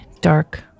dark